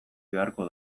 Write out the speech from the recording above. beharko